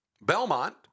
Belmont